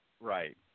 Right